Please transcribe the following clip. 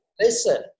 Listen